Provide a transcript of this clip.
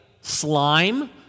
slime